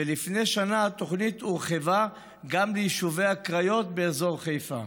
ולפני שנה התוכנית הורחבה גם ליישובי הקריות באזור חיפה.